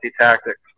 Tactics